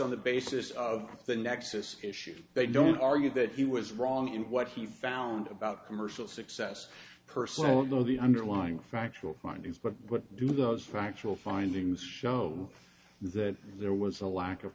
on the basis of the nexus issue they don't argue that he was wrong in what he found about commercial success personally i don't know the underlying factual findings but what do those factual findings show that there was a lack of